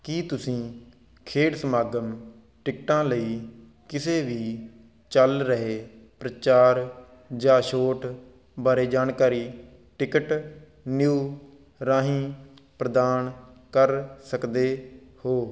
ਕੀ ਤੁਸੀਂ ਖੇਡ ਸਮਾਗਮ ਟਿਕਟਾਂ ਲਈ ਕਿਸੇ ਵੀ ਚੱਲ ਰਹੇ ਪ੍ਰਚਾਰ ਜਾਂ ਛੋਟ ਬਾਰੇ ਜਾਣਕਾਰੀ ਟਿਕਟ ਨਿਊ ਰਾਹੀਂ ਪ੍ਰਦਾਨ ਕਰ ਸਕਦੇ ਹੋ